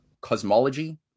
cosmology